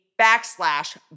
backslash